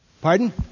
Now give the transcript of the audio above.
Pardon